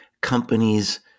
companies